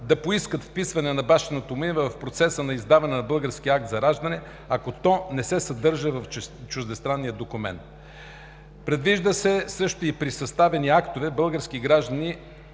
да поискат вписване на бащиното му име в процеса на издаване на българския акт за раждане, ако то не се съдържа в чуждестранния документ. Предвижда се също и при съставяни актове, български граждани,